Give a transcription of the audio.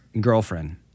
girlfriend